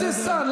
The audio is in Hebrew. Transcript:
אז יש שר,